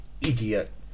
idiot